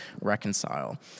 reconcile